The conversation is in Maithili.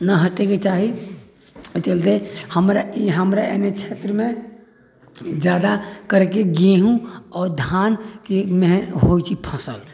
ओहि चलते हमरा एने क्षेत्रमे जादा करके गेहूँ आओर धान किमे होइत छै फसल